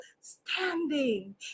standing